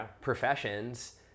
professions